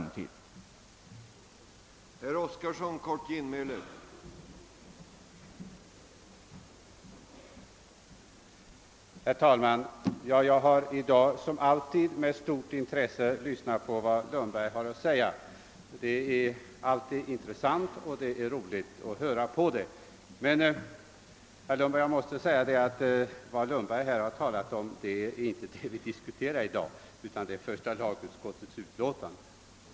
Herr talman! Jag ber att få yrka bifall till utskottets hemställan.